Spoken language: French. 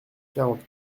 quarante